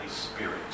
Spirit